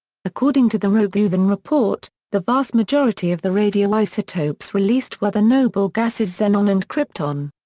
according to the rogovin report, the vast majority of the radioisotopes released were the noble gases xenon and krypton.